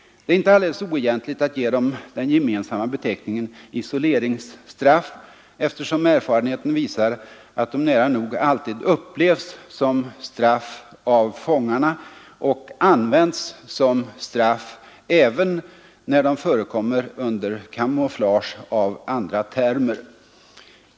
Det är inte alldeles oegentligt att ge dem den gemensamma beteckningen isoleringsstraff, eftersom erfarenheten visar att de nära nog alltid upplevs som straff av fångarna och att de används som straff även när de förekommer under camouflage av andra termer.